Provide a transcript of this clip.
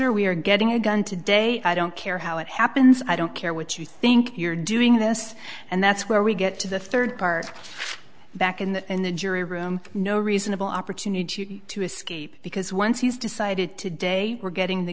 her we are getting a gun today i don't care how it happens i don't care what you think you're doing this and that's where we get to the third part back in the in the jury room no reasonable opportunity to escape because once he's decided today we're getting the